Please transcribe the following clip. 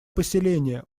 поселение